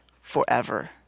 forever